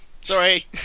Sorry